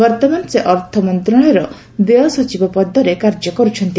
ବର୍ଉମାନ ସେ ଅର୍ଥମନ୍ତଶାଳୟର ବ୍ୟୟ ସଚିବ ପଦରେ କାର୍ଯ୍ୟ କରୁଛନ୍ତି